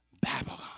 Babylon